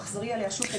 תחזרי עליה שוב,